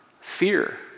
fear